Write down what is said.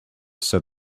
said